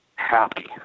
happy